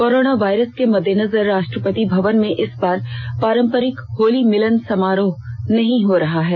corona virus के मद्देनजर राष्ट्रपति भवन में इस बार पारम्परिक होली मिलन समारोह नहीं हो रहा है